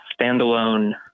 standalone